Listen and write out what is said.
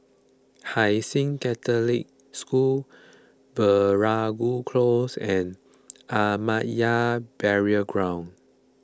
Hai Sing Catholic School Veeragoo Close and Ahmadiyya Burial Ground